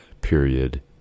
period